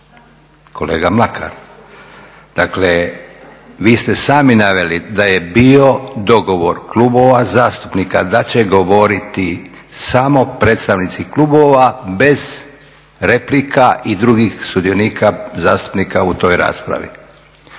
kolega Mlakar. Dakle vi ste sami naveli da je bio dogovor klubova zastupnika da će govoriti samo predstavnici klubova, bez replika i drugih sudionika zastupnika u toj raspravi.